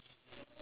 same ah